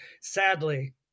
sadly